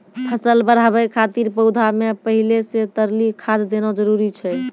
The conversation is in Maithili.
फसल बढ़ाबै खातिर पौधा मे पहिले से तरली खाद देना जरूरी छै?